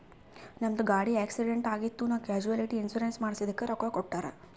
ನಮ್ದು ಗಾಡಿ ಆಕ್ಸಿಡೆಂಟ್ ಆಗಿತ್ ನಾ ಕ್ಯಾಶುಲಿಟಿ ಇನ್ಸೂರೆನ್ಸ್ ಮಾಡಿದುಕ್ ರೊಕ್ಕಾ ಕೊಟ್ಟೂರ್